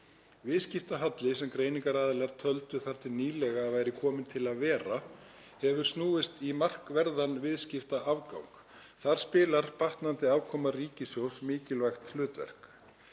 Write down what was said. Viðskiptahalli, sem greiningaraðilar töldu þar til nýlega að væri kominn til að vera, hefur snúist í markverðan viðskiptaafgang. Þar spilar batnandi afkoma ríkissjóðs mikilvægt hlutverk.